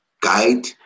guide